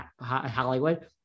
Hollywood